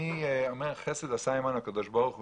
נאי אומר שחסד עשה אתנו הקדוש ברוך הוא